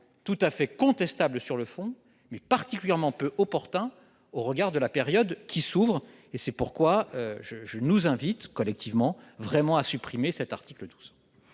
tout à fait contestable sur le fond, mais aussi particulièrement peu opportun au regard de la période qui s'ouvre. C'est pourquoi je vous invite collectivement à supprimer cet article 12.